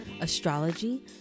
astrology